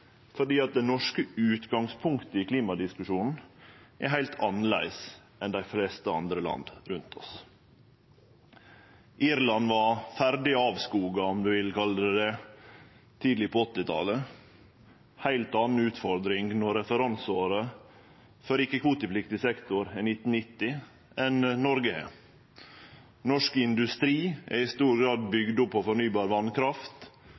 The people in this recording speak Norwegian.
det norske utgangspunktet i klimadiskusjonen er heilt annleis enn i dei fleste andre land rundt oss. Irland var ferdig avskoga, om ein kan kalle det det, tidleg på 1980-talet – ei heilt anna utfordring, når referanseåret for ikkje-kvotepliktig sektor er 1990, enn Noreg har. Norsk industri er i stor grad